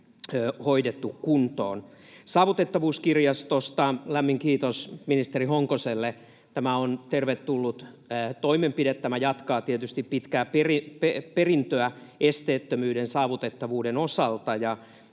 hoidettu kuntoon. Saavutettavuuskirjastosta lämmin kiitos ministeri Honkoselle. Tämä on tervetullut toimenpide. Tämä jatkaa tietysti pitkää perintöä esteettömyyden, saavutettavuuden osalta.